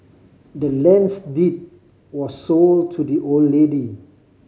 the land's deed was sold to the old lady